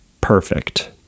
perfect